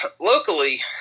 Locally